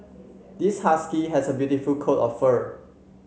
this husky has a beautiful coat of fur